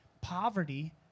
poverty